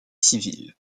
civile